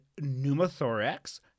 Pneumothorax